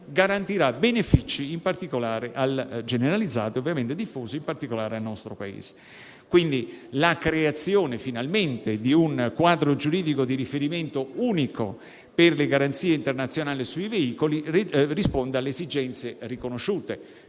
garantirà benefici generalizzati e diffusi in particolare al nostro Paese. La creazione, finalmente, di un quadro giuridico di riferimento unico per le garanzie internazionali sui veicoli risponde ad esigenze riconosciute